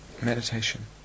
Meditation